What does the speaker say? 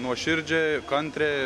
nuoširdžiai kantriai